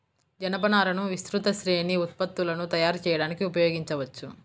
జనపనారను విస్తృత శ్రేణి ఉత్పత్తులను తయారు చేయడానికి ఉపయోగించవచ్చు